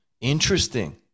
interesting